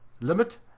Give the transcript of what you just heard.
limit